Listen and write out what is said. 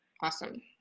Awesome